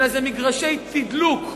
אלא אלה מגרשי תדלוק.